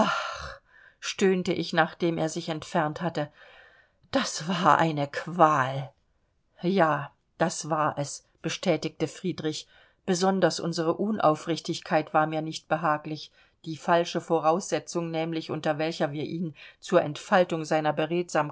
stöhnte ich nachdem er sich entfernt hatte das war eine qual ja das war es bestätigte friedrich besonders unsere unaufrichtigkeit war mir nicht behaglich die falsche voraussetzung nämlich unter welcher wir ihn zur entfaltung seiner